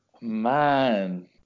man